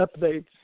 updates